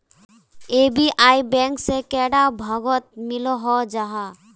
SBI bank से कैडा भागोत मिलोहो जाहा?